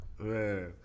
Man